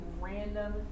random